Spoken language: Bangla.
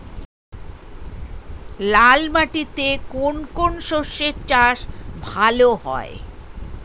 লাল মাটিতে কোন কোন শস্যের চাষ ভালো হয়?